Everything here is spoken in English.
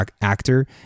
actor